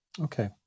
Okay